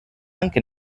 anche